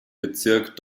bezirk